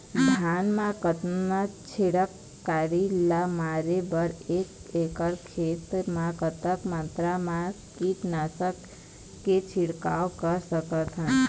धान मा कतना छेदक कीरा ला मारे बर एक एकड़ खेत मा कतक मात्रा मा कीट नासक के छिड़काव कर सकथन?